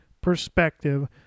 perspective